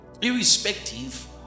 irrespective